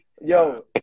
Yo